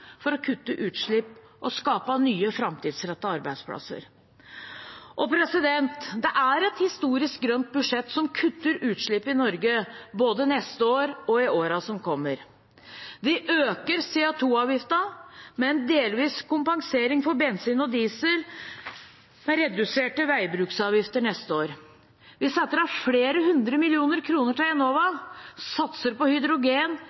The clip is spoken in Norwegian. for å kutte utslipp og skape nye, framtidsrettede arbeidsplasser. Det er et historisk grønt budsjett som kutter utslipp i Norge, både neste år og i årene som kommer. Vi øker CO 2 -avgiften, med en delvis kompensering for bensin og diesel med reduserte veibruksavgifter neste år. Vi setter av flere hundre millioner kroner til Enova, satser på hydrogen,